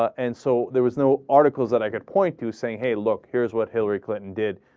and so there was no articles that i could point to say hey look here's what hillary clinton did